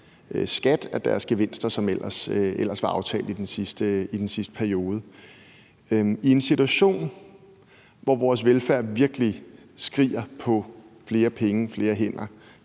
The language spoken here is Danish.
skat af deres gevinster, som ellers var aftalt i den sidste periode. I en situation, hvor vores velfærd virkelig skriger på flere penge og flere hænder,